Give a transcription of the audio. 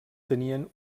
tenien